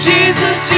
Jesus